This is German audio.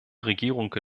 regierung